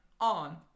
on